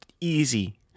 easy